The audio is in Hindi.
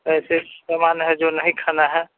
कुछ ऐसे सामान हैं जो नहीं खाना है